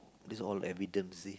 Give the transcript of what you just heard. these all evidence see